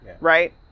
right